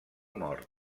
mort